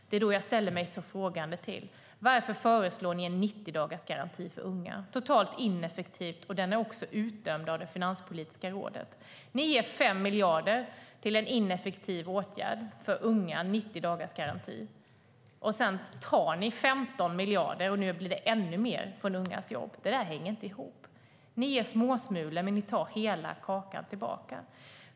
Det är därför jag ställer mig så frågande: Varför föreslår ni en 90-dagarsgaranti för unga? Det är helt ineffektivt. Den är också utdömd av Finanspolitiska rådet. Ni ger 5 miljarder till en ineffektiv åtgärd för unga - 90-dagarsgarantin. Sedan tar ni 15 miljarder, och nu blir det ännu mer, från ungas jobb. Detta hänger inte ihop. Ni ger småsmulor, men ni tar hela kakan tillbaka.